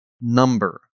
number